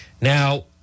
Now